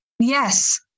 Yes